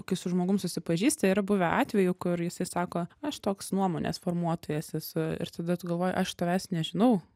kai su žmogum susipažįsti yra buvę atvejų kur jisai sako aš toks nuomonės formuotojas esu ir tada tu galvoji aš tavęs nežinau